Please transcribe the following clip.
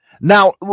Now